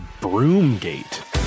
Broomgate